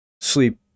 sleep